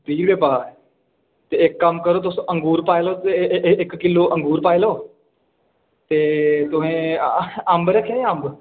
त्रीह् रपेऽ पा ते इक कम्म करो तुस अंगूर पाई लाओ ते इक किलो अंगूर पाई लाओ ते तुसें अंब रक्खे दे अंब